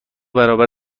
برابر